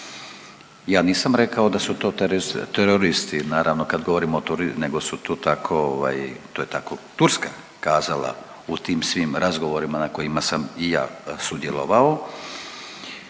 ja nisam rekao da su to teroristi. Naravno, kad govorimo o .../nerazumljivo/... nego su tu tako, to je tako. To je Turska kazala u tim svim razgovorima na kojima sam i ja sudjelovao,